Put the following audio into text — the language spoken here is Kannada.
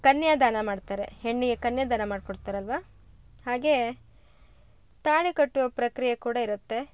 ಕನ್ಯಾದಾನ ಮಾಡ್ತಾರೆ ಹೆಣ್ಣಿಗೆ ಕನ್ಯಾದಾನ ಮಾಡ್ಕೊಡ್ತಾರಲ್ಲವಾ ಹಾಗೆ ತಾಳಿ ಕಟ್ಟುವ ಪ್ರಕ್ರಿಯೆ ಕೂಡ ಇರುತ್ತೆ